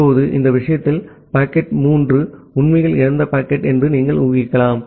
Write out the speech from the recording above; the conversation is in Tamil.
இப்போது இந்த விஷயத்தில் பாக்கெட் 3 உண்மையில் இழந்த பாக்கெட் என்று நீங்கள் ஊகிக்கலாம்